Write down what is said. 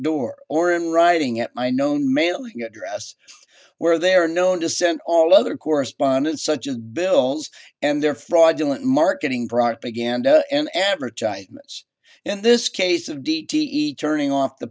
door or in writing at my known mailing address where there are no dissent all other correspondence such as bills and their fraudulent marketing brought began to an advertisements in this case of d t e turning off the